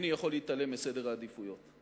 אבל אינני יכול להתעלם מסדר העדיפויות,